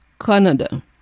Canada